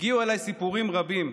הגיעו אליי סיפורים רבים,